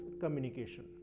communication